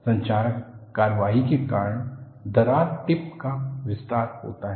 संक्षारक कार्रवाई के कारण दरार टिप का विस्तार होता है